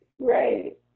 Right